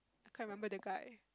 can't remember that guy